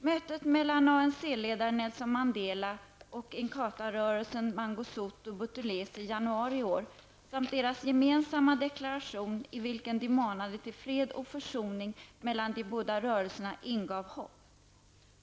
Mötet mellan ANC-ledaren Nelson Mandela och Inkhatarörelsens Mangosuthu Buthelezi i januari i år samt deras gemensamma deklaration i vilken de manade till fred och försoning mellan de båda rörelserna, ingav hopp.